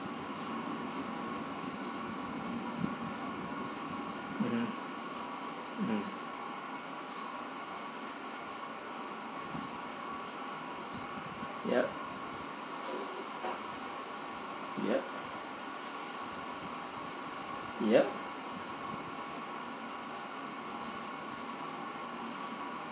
mm ya ya ya